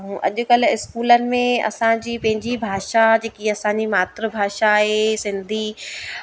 अऊं अॼुकल्ह स्कूलनि में असांजी पंहिंजी भाषा जेकी असांजी मात्रभाषा आहे सिंधी